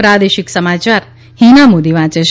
પ્રાદેશિક સમાચાર હીના મોદી વાંચે છે